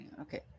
Okay